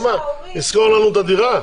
לשכור לנו את הדירה?